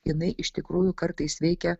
jinai iš tikrųjų kartais veikia